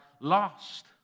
lost